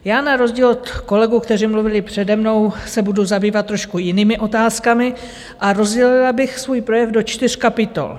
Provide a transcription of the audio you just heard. Já na rozdíl od kolegů, kteří mluvili přede mnou, se budu zabývat trošku jinými otázkami a rozdělila bych svůj projev do čtyř kapitol.